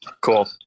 cool